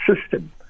system